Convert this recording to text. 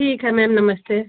ठीक है मैम नमस्ते